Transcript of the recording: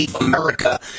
America